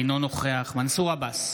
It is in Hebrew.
אינו נוכח מנסור עבאס,